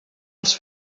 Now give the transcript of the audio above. els